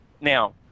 Now